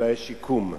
אולי השיקום.